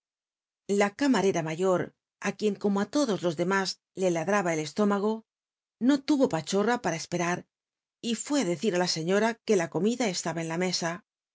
a camarera mayor á quien como it todos los dcmús le lad raba el estómago no tnyo pachorm para esperar y fué á decir á la ciiora que la comida c taba en la mesa